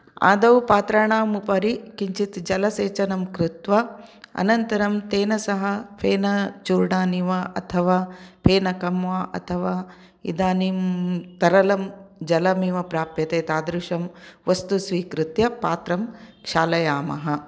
आदौ पात्राणाम् उपरि किञ्चित् जलसेचनं कृत्वा अनन्तरं तेन सह फेनचूर्णानि वा अथवा फेनकं वा अथवा इदानीं तरलं जलमिव प्राप्यते तादृशं वस्तु स्वीकृत्य पात्रं क्षालयामः